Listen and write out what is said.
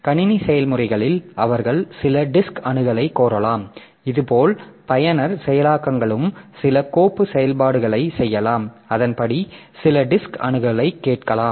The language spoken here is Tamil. கணினி செயல்முறைகளில் அவர்கள் சில டிஸ்க் அணுகலைக் கோரலாம் இதேபோல் பயனர் செயலாக்கங்களும் சில கோப்பு செயல்பாடுகளைச் செய்யலாம் அதன்படி சில டிஸ்க் அணுகலைக் கேட்கலாம்